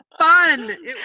fun